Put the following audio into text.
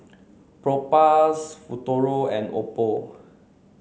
Propass Futuro and Oppo